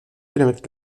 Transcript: kilomètres